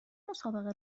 مسابقه